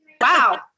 Wow